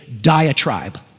diatribe